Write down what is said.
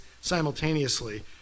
simultaneously